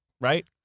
right